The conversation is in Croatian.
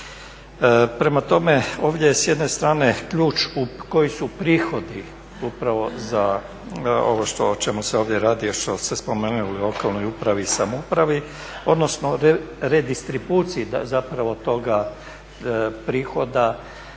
Prema tome, ovdje je s jedne strane ključ koji su prihodi upravo za ovo o čemu se ovdje radi, a što ste spomenuli o lokalnoj upravi i samoupravi, odnosno redistribuciji zapravo toga prihoda